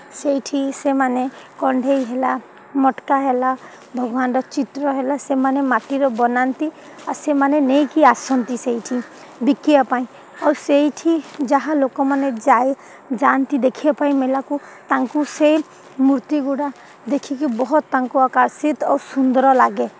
ସେଇଠି ସେମାନେ କଣ୍ଢେଇ ହେଲା ମଟକା ହେଲା ଭଗବାନର ଚିତ୍ର ହେଲା ସେମାନେ ମାଟିର ବନାନ୍ତି ଆଉ ସେମାନେ ନେଇକି ଆସନ୍ତି ସେଇଠି ବିକିବା ପାଇଁ ଆଉ ସେଇଠି ଯାହା ଲୋକମାନେ ଯାଇ ଯାଆନ୍ତି ଦେଖିବା ପାଇଁ ମେଲାକୁ ତାଙ୍କୁ ସେହି ମୂର୍ତ୍ତିଗୁଡ଼ା ଦେଖିକି ବହୁତ ତାଙ୍କୁ ଆକର୍ଷିତ ଆଉ ସୁନ୍ଦର ଲାଗେ